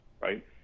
right